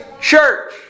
church